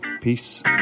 Peace